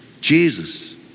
Jesus